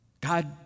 God